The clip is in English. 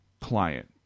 client